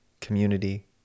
community